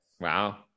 Wow